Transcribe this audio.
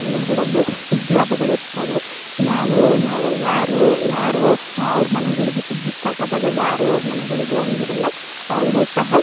ಊರುಗಳಲ್ಲು ಸುಗ್ಗಿ ಹಬ್ಬಗಳಿರ್ತವೆ ನಾವು ನೇ ಯಾರು ಯಾರು ಅವರು ಮನೆಗಳಿಗೆ ಸುಗ್ಗಿ ಸ್ಟಾರ್ಟಾದಾಗ ಯಾರು ಅವರ ಮನೆಗಳಿಗೆ ಹೋಗೊಂಗಿರಲಿಲ್ಲ ಅವರು ಸಹ